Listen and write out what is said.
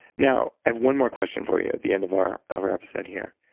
now, i have one more question for you at the end of our of our episode here.